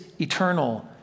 eternal